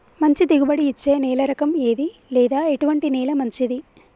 మంచి దిగుబడి ఇచ్చే నేల రకం ఏది లేదా ఎటువంటి నేల మంచిది?